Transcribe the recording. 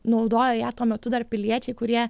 naudojo ją tuo metu dar piliečiai kurie